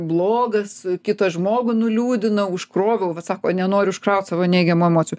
blogas kitą žmogų nuliūdinau užkroviau va sako nenoriu užkraut savo neigiamų emocijų